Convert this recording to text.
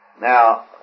now